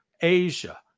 Asia